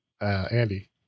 Andy